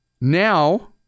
now